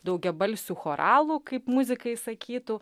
daugiabalsių choralų kaip muzikai sakytų